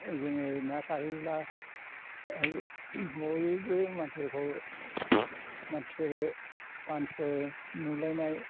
जोङो ना सारहैयोब्ला ओह बयबो मानसिफोरखौ मानसिफोर मानसिफोर नुलायनाय